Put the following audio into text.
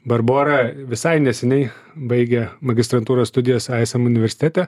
barbora visai neseniai baigė magistrantūros studijas ism universitete